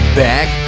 back